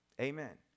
Amen